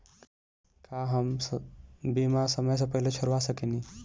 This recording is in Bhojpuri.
का हम बीमा समय से पहले छोड़वा सकेनी?